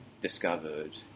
discovered